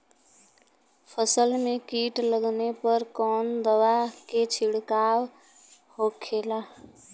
फसल में कीट लगने पर कौन दवा के छिड़काव होखेला?